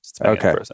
Okay